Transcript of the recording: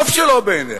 טוב שלא בעיניך,